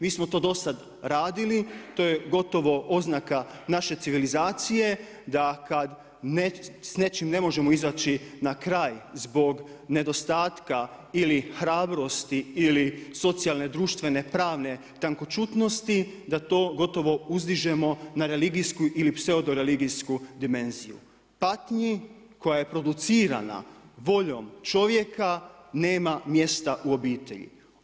Mi smo to do sada radili, to je gotovo oznaka naše civilizacije, da kad s nečim ne možemo izaći na kraj zbog nedostatka ili hrabrosti ili socijalne društvene, pravne tankočutnosti, da to gotovo uzdižemo na religijsku ili pseodoreligijsku dimenziju patnji koja je producirana voljom čovjeka nema mjesta u obitelji.